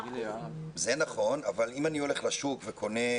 זה נכון, אבל אם אני הולך לשוק וקונה,